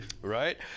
Right